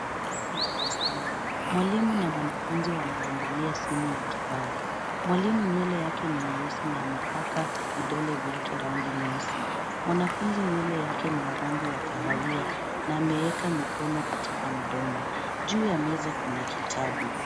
Mwalimu na mwanafuzni wameangalia simu ya kibao. Mwalimu nywele yake ni nyeusi na amepaka vidole vyake rangi nyeusi. mwanafunzi nywele yake ni ya rangi ya kahawia na ameweka mikono katika mdomo. Juu ya meza kuna kitabu.